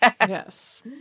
Yes